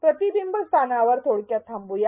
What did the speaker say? प्रतिबिंबस्थानावर थोडक्यात थांबूया